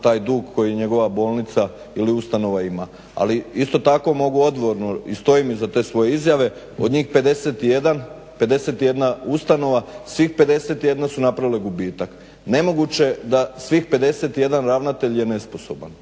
taj dug koji njegova bolnica ili ustanova ima. Ali isto tako mogu odgovorno i stojim iza te svoje izjave od njih 51, 51 ustanova, svih 51 su napravile gubitak. Nemoguće da svih 51 ravnatelj je nesposoban.